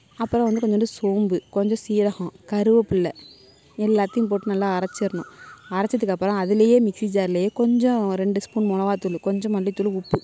அப்புறம் வந்து கொஞ்சோண்டு சோம்பு கொஞ்சம் சீரகம் கருவேப்பில்லை எல்லாத்தையும் போட்டு நல்லா அரைச்சிர்ணும் அரைச்சத்துக்கு அப்புறம் அதிலயே மிக்ஸி ஜார்லேயே கொஞ்சம் ரெண்டு ஸ்பூன் மிளவா தூள் கொஞ்சம் மல்லி தூள் உப்பு